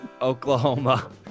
Oklahoma